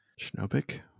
Schnobik